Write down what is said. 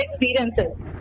experiences